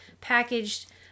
packaged